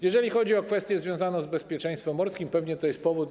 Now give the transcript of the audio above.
Jeżeli chodzi o kwestię związaną z bezpieczeństwem morskim, pewnie to jest powód.